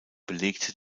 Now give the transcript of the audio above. belegte